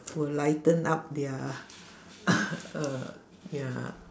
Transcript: will lighten up their uh ya